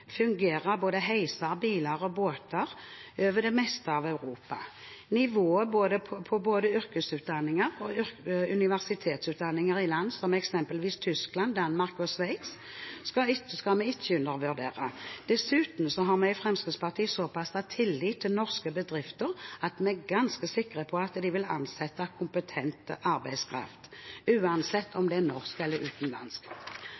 fungerer både heiser, biler og båter over det meste av Europa. Nivået på både yrkesutdanninger og universitetsutdanninger i land som eksempelvis Tyskland, Danmark og Sveits skal vi ikke undervurdere. Dessuten har vi i Fremskrittspartiet såpass tillit til norske bedrifter at vi er ganske sikre på at de vil ansette kompetent arbeidskraft uansett